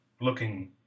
looking